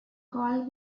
goal